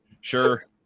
Sure